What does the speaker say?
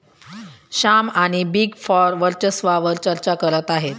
श्याम आणि big four वर्चस्वावार चर्चा करत आहेत